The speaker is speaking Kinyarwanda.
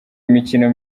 imikino